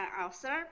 author